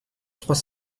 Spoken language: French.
trois